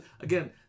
again